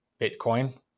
Bitcoin